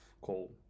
coal